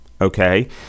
okay